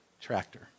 tractor